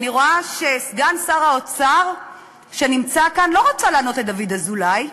אני רואה שסגן שר האוצר שנמצא כאן לא רצה לענות לדוד אזולאי,